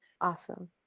Awesome